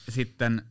Sitten